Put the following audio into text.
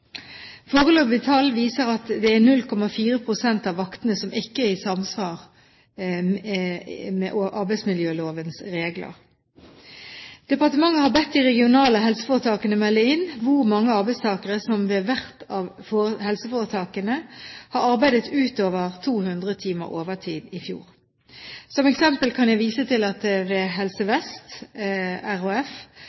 Foreløpige tall viser at det er 0,4 pst. av vaktene som ikke er i samsvar med arbeidsmiljølovens regler. Departementet har bedt de regionale helseforetakene melde inn hvor mange arbeidstakere som ved hvert av helseforetakene har arbeidet utover 200 timer overtid i fjor. Som eksempel kan jeg vise til at det ved Helse